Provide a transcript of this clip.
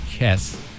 Yes